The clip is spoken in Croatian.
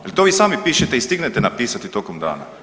Je l' to vi sami pišete i stignete napisati tokom dana?